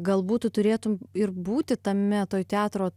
galbūt tu turėtum ir būti tame toj teatro